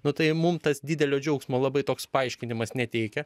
nu tai mum tas didelio džiaugsmo labai toks paaiškinimas neteikia